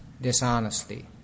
dishonesty